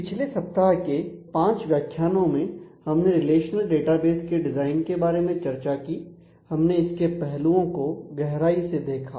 पिछले सप्ताह के 5 व्याख्यानो में हमने रिलेशनल डेटाबेस के डिजाइन के बारे में चर्चा की हमने इसके पहलुओं को गहराई से देखा